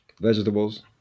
vegetables